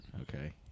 Okay